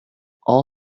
all